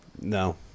No